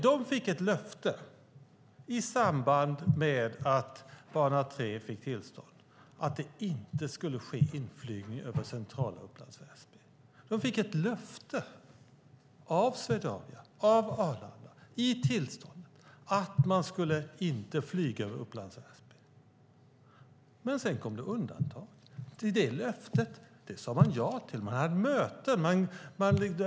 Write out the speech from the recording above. De fick ett löfte, i samband med att man fick tillstånd för bana 3, om att det inte skulle ske inflygningar över centrala Upplands Väsby. De fick ett löfte av Swedavia och av Arlanda, när det gällde tillståndet, om att man inte skulle flyga över Upplands Väsby. Men sedan kom det undantag. Man sade ja till det här löftet. Det var möten.